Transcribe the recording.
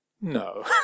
No